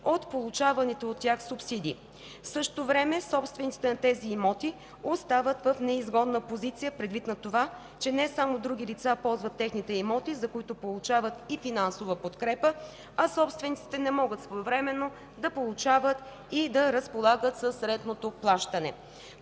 от получаваните от тях субсидии. В същото време собствениците на тези имоти остават в неизгодна позиция предвид на това, че не само други лица ползват техните имоти, за които получават и финансова подкрепа, а собствениците не могат своевременно да получават и разполагат с рентното плащане.